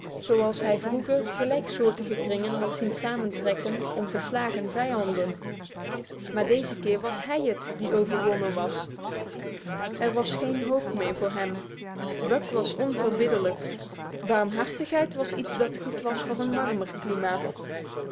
zoals hij vroeger gelijksoortige kringen had zien samentrekken om verslagen vijanden maar deze keer was hij het die overwonnen was er was geen hoop meer voor hem buck was onverbiddelijk barmhartigheid was iets dat goed was voor een warmer klimaat